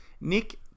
Nick